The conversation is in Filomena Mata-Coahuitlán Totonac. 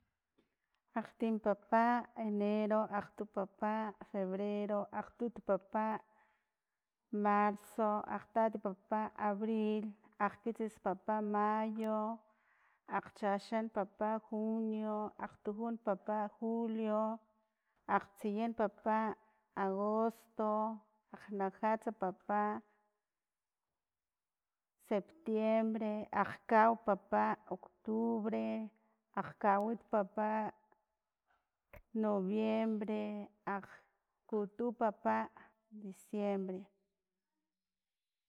Akgtim papa enero, akgtu papa febrero, akgtutu papa marzo, akgtati papa abril, akgkitsis papa mayo, akgchaxan papa junio, akgtujun papa julio, akgtsayan papa agosto, akgnajatsa papa septiembre, akgkaw papa octubre, akgkawit papa noviembre, akgkutu papa diciembre.